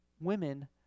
women